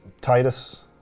Titus